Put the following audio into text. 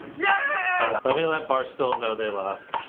yeah let me let barstool know they lost.